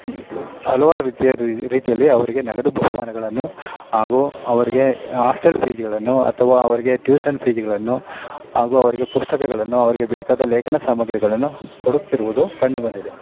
ಹಲವಾರು ರೀತಿಯ ರೀತಿಯಲ್ಲಿ ಅವರಿಗೆ ನಗದು ಬಹುಮಾನಗಳನ್ನು ಹಾಗೂ ಅವರಿಗೆ ಹಾಸ್ಟೆಲ್ ಫೀಸ್ಗಳನ್ನು ಅಥವಾ ಅವರಿಗೆ ಟ್ಯೂಷನ್ ಫೀಸ್ಗಳನ್ನು ಹಾಗೂ ಅವರಿಗೆ ಪುಸ್ತಕಗಳನ್ನು ಅವರಿಗೆ ಬೇಕಾದ ಲೇಖನ ಸಾಮಗ್ರಿಗಳನ್ನು ಕೊಡುತ್ತಿರುವುದು ಕಂಡುಬಂದಿದೆ